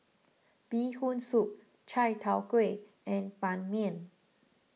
Bee Hoon Soup Chai Tow Kway and Ban Mian